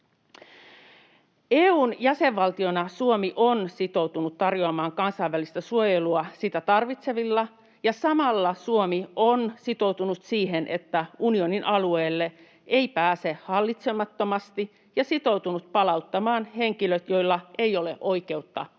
EU:n jäsenvaltiona Suomi on sitoutunut tarjoamaan kansainvälistä suojelua sitä tarvitseville, ja samalla Suomi on sitoutunut siihen, että unionin alueelle ei pääse hallitsemattomasti, ja sitoutunut palauttamaan henkilöt, joilla ei ole oikeutta oleskella